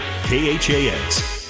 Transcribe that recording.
KHAX